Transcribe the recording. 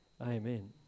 Amen